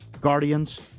Guardians